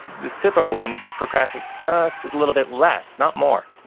this typical one, procrastinate just just a little bit less, not more,